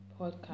podcast